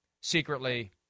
secretly